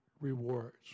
rewards